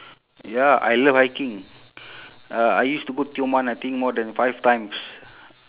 ya I love hiking uh I used to go tioman I think more than five times